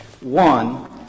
One